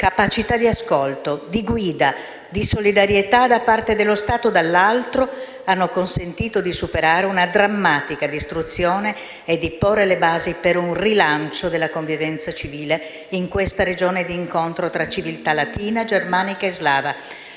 capacità di ascolto, di guida e di solidarietà da parte dello Stato, dall'altro, hanno consentito di superare una drammatica distruzione e di porre le basi per un rilancio della convivenza civile in questa regione di incontro tra le civiltà latina, germanica e slava».